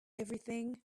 everything